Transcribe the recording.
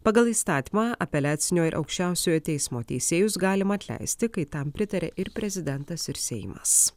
pagal įstatymą apeliacinio ir aukščiausiojo teismo teisėjus galima atleisti kai tam pritaria ir prezidentas ir seimas